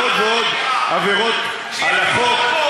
ועוד ועוד עבירות על החוק,